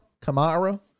Kamara